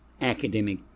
academic